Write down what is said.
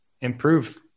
improve